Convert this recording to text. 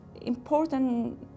important